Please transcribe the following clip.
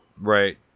Right